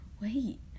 Wait